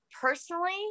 personally